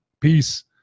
Peace